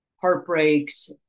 heartbreaks